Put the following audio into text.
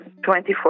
24